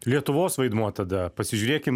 lietuvos vaidmuo tada pasižiūrėkim